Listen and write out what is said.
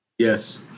Yes